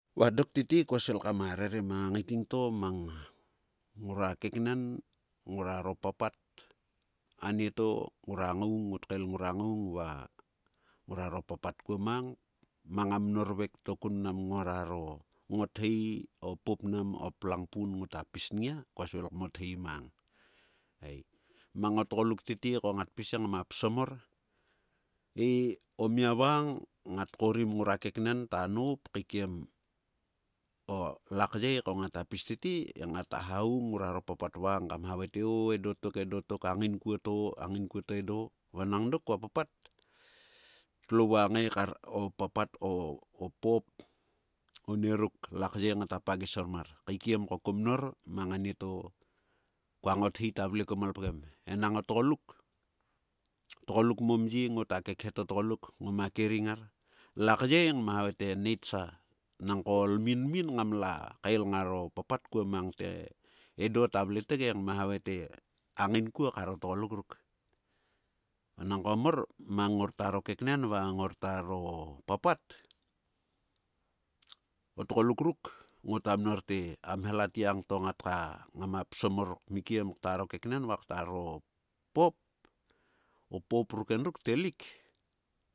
Va dok tete. kua svil kama rere mang a ngaiting to mang ngrua keknen. ngruaro papat anieto ngrua ngaung ngot kael ngrua ngaung va ngruaro papat kuo mang. mang a mnorvek to kun mnam ngora ro ngothei. o pupnam o plangpum ngota pis nngia. kua svil kmothei mang. Eii mang o tgoluk tete ko ngat pis he ngmai psom mor he o mia vang ngat korim ngrua keknen ta noup kaikiem o laky ei ko ngata pis tete. he ngata hahounging ngrua ro papat vang kam havae te. o-edo tok edo tok angainkuo to. a ngainkuo to edo. vanang dok kua papat tlo vua ngae kar o papat o-pop. onieruk lakyei nga ta pagis ormar. Kaikiem ko komnor mang anieto. kua ngothei ta vle kuo malpgem. Enang o tgoluk. tgoluk momye ngota kelkhet o tgoluk. ngoma kering ngar. Lakyei ngma havae te neitsa. Nangko lminlmin ngam la kael ngaro papat kuo mang te. edo ta vle tokhe. ngma havae te a ngainkuo karo tgolukruk. Vnangko mor. mang ngorta ro keknen va ngorta ro papat. o tgoluk ruk. ngota mnor te, a mhel atgang to ngatka. ngama psom mor konikiem ktaro keknen v aktaro pop. O pop ruk endruk telik